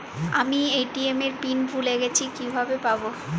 আমি এ.টি.এম এর পিন ভুলে গেছি কিভাবে পাবো?